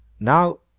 now,